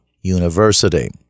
University